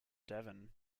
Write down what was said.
devon